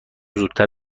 زودتر